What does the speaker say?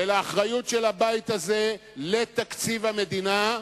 ולאחריות של הבית הזה לתקציב המדינה: